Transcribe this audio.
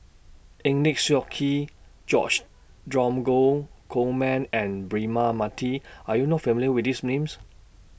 Eng Lee Seok Chee George Dromgold Coleman and Braema Mathi Are YOU not familiar with These Names